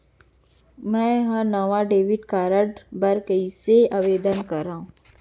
मै हा नवा डेबिट कार्ड बर कईसे आवेदन करव?